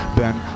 ben